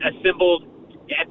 assembled